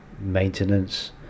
maintenance